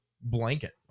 blanket